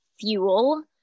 fuel